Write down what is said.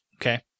Okay